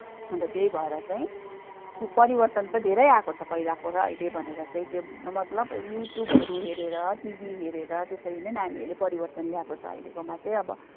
अन्त्यतहीभएर चाहिँ परिवर्तन चाहिँ धेरै आएको छ पहिलाको र अहिले भनेर चाहिँ त्यो मतलब युट्युबहरू हेरेर टिभी हेरेर त्यसरी नै नानीहरूले परिवर्तन ल्याएको छ अहिलेकोमा चाहिँ अब